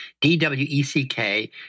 D-W-E-C-K